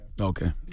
Okay